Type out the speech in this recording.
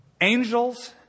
Angels